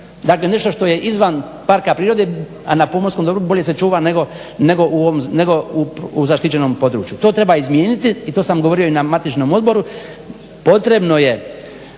dakle nešto što je izvan parka prirode a na pomorskom dobru bolje se čuva nego u zaštićenom području. To treba izmijeniti i to sam govorio i na matičnom odboru. Potrebno je